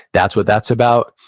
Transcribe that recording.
that's what that's about.